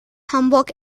hamburg